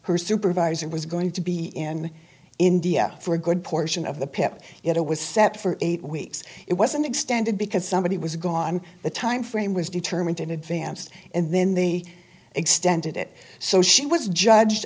her supervisor was going to be in india for a good portion of the pep it was set for eight weeks it wasn't extended because somebody was gone the timeframe was determined in advance and then they extended it so she was judged